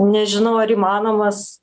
nežinau ar įmanomas